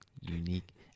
unique